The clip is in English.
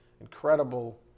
incredible